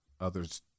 others